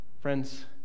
Friends